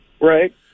Right